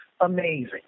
Amazing